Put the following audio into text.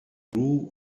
drew